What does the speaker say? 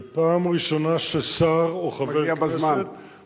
זו פעם ראשונה ששר או חבר כנסת, מגיע בזמן.